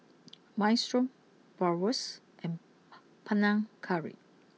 Minestrone Bratwurst and Panang Curry